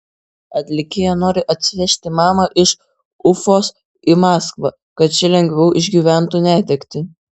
atlikėja nori atsivežti mamą iš ufos į maskvą kad ši lengviau išgyventų netektį